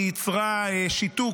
היא ייצרה שיתוק,